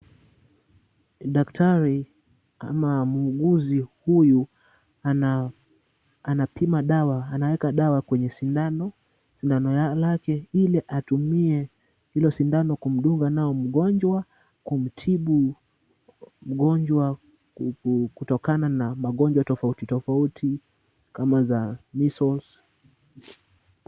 Daktari ama muuguzi huyu anapima dawa. Anaweka dawa kwenye sindano. Sindano lake ili atumie hilo sindano kumdunga nayo mgonjwa kumtibu mgonjwa kutokana na magonjwa tofauti tofauti kama za measles .